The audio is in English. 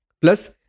Plus